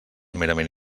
merament